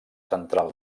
central